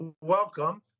Welcome